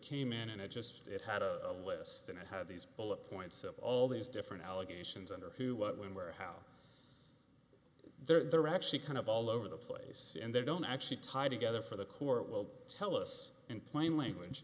came in and it just it had a list and it had these bullet points all these different allegations under who what when where how they're actually kind of all over the place and they don't actually tied together for the court will tell us in plain language